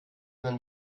man